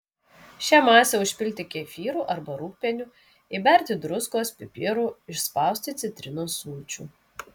šią masę užpilti kefyru arba rūgpieniu įberti druskos pipirų išspausti citrinos sulčių